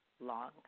long